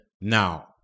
Now